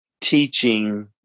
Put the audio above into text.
teaching